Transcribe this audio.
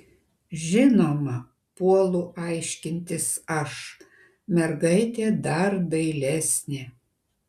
žinoma puolu aiškintis aš mergaitė dar dailesnė